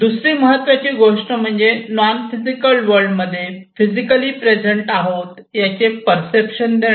दुसरी महत्त्वाची गोष्ट म्हणजे नॉन फिजिकल वर्ल्ड मध्ये फिजिकली प्रेझेंट आहोत याचे पर्सेप्शन देणे